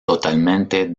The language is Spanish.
totalmente